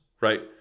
right